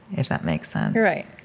if that makes sense right.